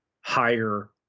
higher